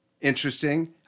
Interesting